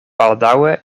baldaŭe